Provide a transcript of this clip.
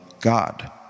God